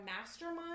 mastermind